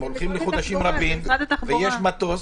הם הולכים לחודשים רבים ויש מטוס,